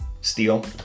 steel